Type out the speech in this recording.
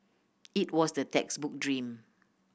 it was the textbook dream